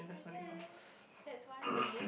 I guess that's one way